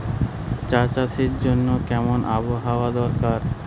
চা চাষের জন্য কেমন আবহাওয়া দরকার?